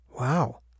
Wow